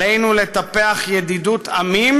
עלינו לטפח ידידות עמים,